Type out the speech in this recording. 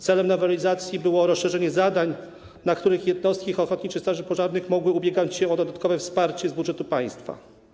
Celem nowelizacji było rozszerzenie zadań, na które jednostki ochotniczych straży pożarnych mogły ubiegać się o dodatkowe wsparcie z budżetu państwa.